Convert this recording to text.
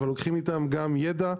אבל לוקחים איתם גם ידע,